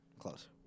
close